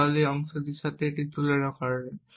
এবং এই অংশের সাথে এটি তুলনা করেন